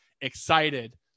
excited